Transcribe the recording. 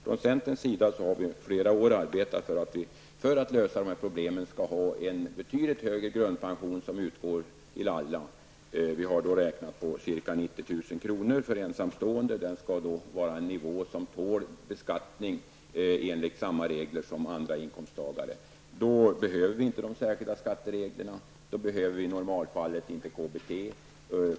Vi i centern har, för att lösa de här problemen, i flera år arbetat för en betydligt högre grundpension som utgår till alla. Vi har räknat med ca 90 000 kr. för ensamstående. Det skulle vara en nivå som tål beskattning enligt samma regler som för andra inkomsttagare. Då behöver vi inte de särskilda skattereglerna, och i normalfallet behöver vi inte KBT.